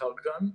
שהוצהר כאן,